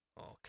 Okay